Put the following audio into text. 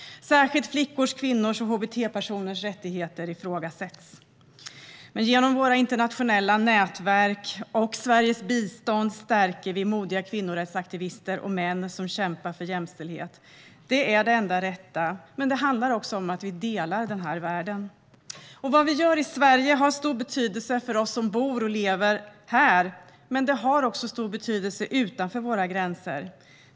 Särskilt flickors, kvinnors och hbt-personers rättigheter ifrågasätts. Genom våra internationella nätverk och Sveriges bistånd stärker vi modiga kvinnorättsaktivister och män som kämpar för jämställdhet. Det är det enda rätta, men det handlar också om att vi delar den här världen. Vad vi gör i Sverige har stor betydelse för oss som bor och lever här, men det har också stor betydelse utanför våra gränser.